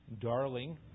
darling